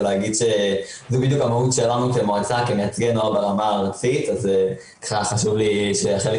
והוא נבחר מתוך הבנה מאוד מאוד ברורה שעם כמה שיש פה